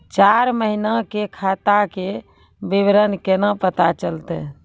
चार महिना के खाता के विवरण केना पता चलतै?